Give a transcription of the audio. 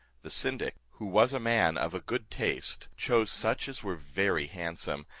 the syndic, who was a man of a good taste, chose such as were very handsome,